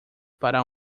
para